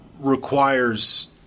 requires